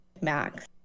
max